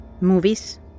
movies